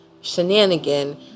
shenanigan